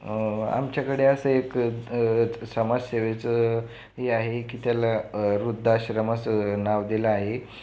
आमच्याकडे असं एक समाजसेवेचं हे आहे की त्याला वृद्धाश्रम असं नाव दिलं आहे